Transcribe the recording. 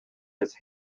his